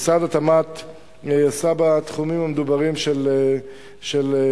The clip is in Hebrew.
עשה משרד התמ"ת בתחומים המדוברים של כחול-לבן.